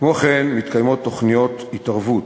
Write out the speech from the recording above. כמו כן, מתקיימות תוכניות התערבות.